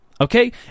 okay